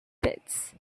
pits